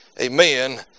Amen